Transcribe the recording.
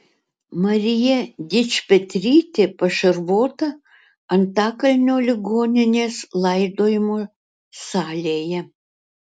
marija dičpetrytė pašarvota antakalnio ligoninės laidojimo salėje